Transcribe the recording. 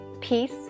peace